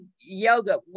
yoga